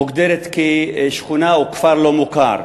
מוגדרת כשכונה או כפר לא-מוכר.